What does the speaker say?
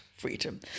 freedom